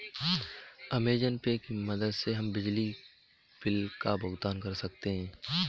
Amazon pay की मदद से हम बिजली बिल का भुगतान कर सकते हैं